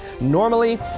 normally